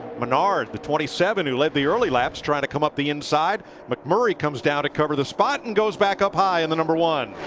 menard the twenty seven who led the early laps trying to come up the inside. mcmurray comes down to cover the spot and goes back up high in the number one.